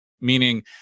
Meaning